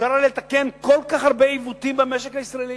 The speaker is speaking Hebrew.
אפשר לתקן כל כך הרבה עיוותים במשק הישראלי.